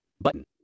button